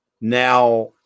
Now